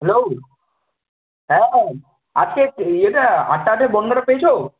hello হ্যাঁ আজকের ইয়েটা আটটাতে বনগাঁটা পেয়েছো